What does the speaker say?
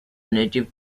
native